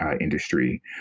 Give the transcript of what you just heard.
industry